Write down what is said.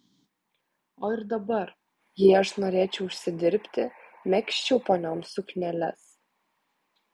o ir dabar jei aš norėčiau užsidirbti megzčiau ponioms sukneles